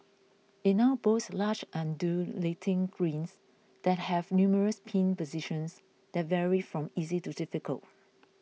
it now boasts large undulating greens that have numerous pin positions that vary from easy to difficult